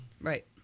Right